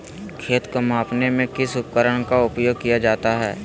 खेत को मापने में किस उपकरण का उपयोग किया जाता है?